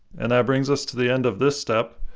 and that brings us to the end of this step!